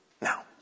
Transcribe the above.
Now